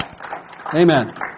Amen